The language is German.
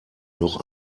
noch